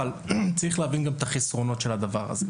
אבל צריך להבין גם את החסרונות של הדבר הזה,